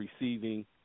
receiving